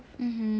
mmhmm